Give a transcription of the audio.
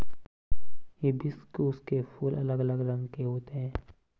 hibiscus के फूल अलग अलग रंगो के होते है